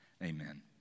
amen